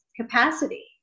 capacity